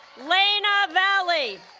lana vali